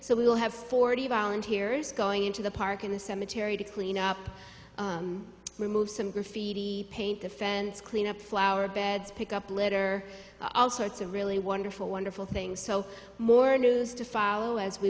so we will have forty volunteers going into the park and a cemetery to clean up remove some graffiti paint the fence clean up flower beds pick up litter all sorts of really wonderful wonderful things so more news to follow as we